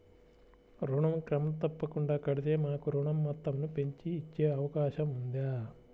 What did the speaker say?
ఋణం క్రమం తప్పకుండా కడితే మాకు ఋణం మొత్తంను పెంచి ఇచ్చే అవకాశం ఉందా?